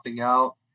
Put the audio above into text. out